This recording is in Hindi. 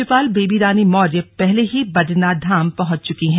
राज्यपाल बेबी रानी मौर्य पहले ही बदरीनाथ धाम पहुंच चुकी हैं